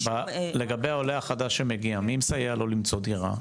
לגבי העולה החדש שמגיע, מי מסייע לו למצוא דירה?